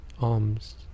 alms